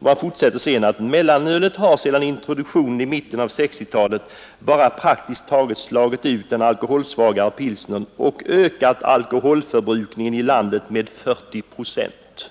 Artikeln fortsätter senare: ”Mellanölet har sedan introduktionen i mitten av 60-talet bara praktiskt taget slagit ut den alkoholsvagare pilsnern och ökat alkoholförbrukningen i landet med 40 procent.”